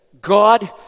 God